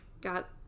got